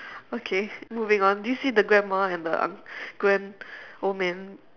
okay moving on do you see the grandma and the um grand~ old man